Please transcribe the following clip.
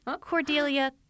Cordelia